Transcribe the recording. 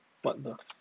what the